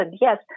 Yes